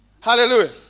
Hallelujah